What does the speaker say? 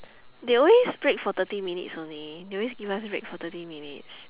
they always break for thirty minutes only they always give us break for thirty minutes